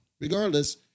Regardless